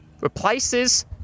Replaces